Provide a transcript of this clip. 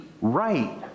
right